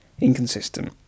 Inconsistent